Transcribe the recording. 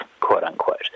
quote-unquote